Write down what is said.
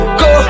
go